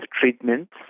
treatments